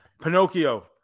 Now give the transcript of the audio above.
Pinocchio